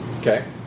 Okay